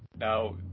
now